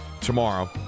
tomorrow